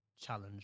challenge